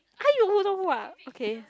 I don't know what okay